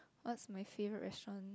what's my favorite restaurant